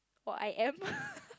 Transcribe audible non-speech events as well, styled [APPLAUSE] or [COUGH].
or I am [LAUGHS]